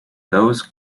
those